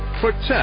protect